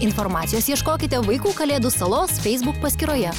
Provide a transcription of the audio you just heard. informacijos ieškokite vaikų kalėdų salos facebook paskyroje